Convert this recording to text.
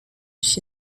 she